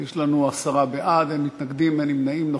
עשרה בעד, אין מתנגדים, אין נמנעים.